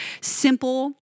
simple